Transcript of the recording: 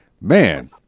man